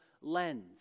lens